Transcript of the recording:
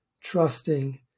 trusting